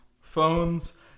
phones